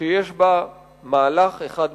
שיש בה מהלך אחד מהותי: